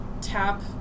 tap